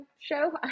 show